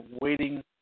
waiting